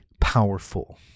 powerful